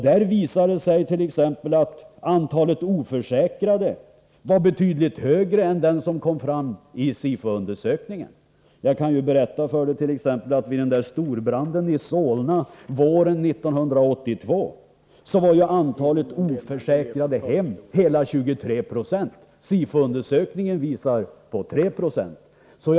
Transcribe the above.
Där visade det sig t.ex. att antalet oförsäkrade var betydligt högre än vad som kom fram i SIFO-undersökningen. Jag kan t.ex. berätta att vid den stora branden i Solna våren 1982 var andelen oförsäkrade hem hela 23 90. SIFO-undersökningen visar på 3 90.